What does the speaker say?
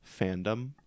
Fandom